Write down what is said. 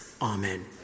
Amen